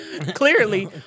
clearly